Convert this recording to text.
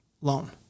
loan